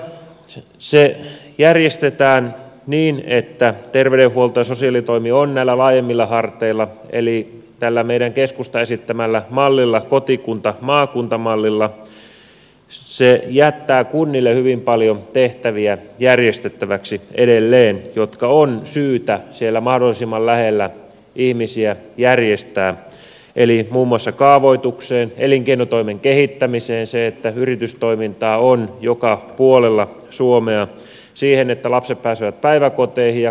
vaikka se järjestetään niin että terveydenhuolto ja sosiaalitoimi on näillä laajemmilla harteilla eli tällä meidän keskustan esittämällä mallilla kotikuntamaakunta mallilla se jättää kunnille järjestettäväksi edelleen hyvin paljon tehtäviä jotka on syytä siellä mahdollisimman lähellä ihmisiä järjestää eli muun muassa kaavoituksen elinkeinotoimen kehittämisen sen että yritystoimintaa on joka puolella suomea ja sen että lapset pääsevät päiväkoteihin ja kouluihin